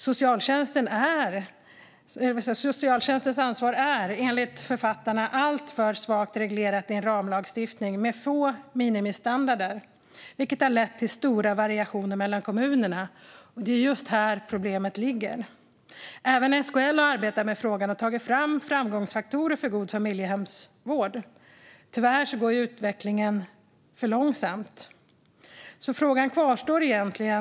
Socialtjänstens ansvar är, enligt författarna, alltför svagt reglerat i en ramlagstiftning med få minimistandarder, vilket har lett till stora variationer mellan kommunerna. Det är just här problemet ligger. Även SKL har arbetat med frågan och tagit fram framgångsfaktorer för god familjehemsvård. Tyvärr går utvecklingen för långsamt. Frågan kvarstår egentligen.